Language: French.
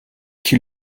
qui